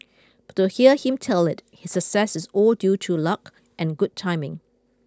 but to hear him tell it his success is all due to luck and good timing